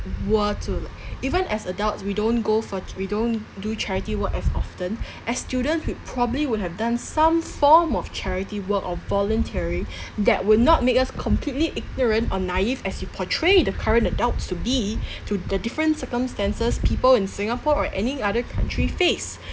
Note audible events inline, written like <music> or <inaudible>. were to even as adults we don't go for we don't do charity work as often as students we probably would have done some form of charity work or volunteering that would not make us completely ignorant or naive as you portray the current adults to be to the different circumstances people in singapore or any other country face <breath>